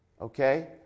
okay